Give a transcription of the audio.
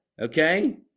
okay